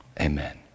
Amen